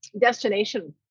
destination